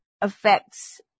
affects